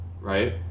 right